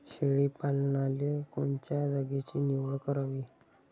शेळी पालनाले कोनच्या जागेची निवड करावी?